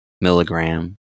milligram